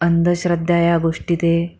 अंधश्रद्धा या गोष्टी ते